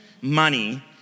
money